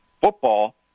football